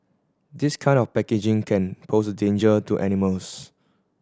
this kind of packaging can pose a danger to animals